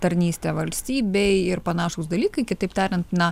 tarnystė valstybei ir panašūs dalykai kitaip tariant na